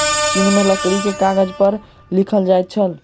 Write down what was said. चीन में लकड़ी के कागज पर लिखल जाइत छल